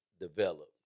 develop